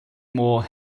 more